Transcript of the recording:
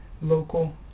local